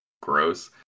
gross